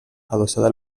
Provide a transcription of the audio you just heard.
adossada